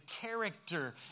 character